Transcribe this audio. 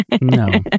No